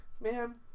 Man